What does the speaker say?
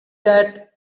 that